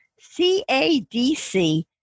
CADC